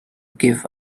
give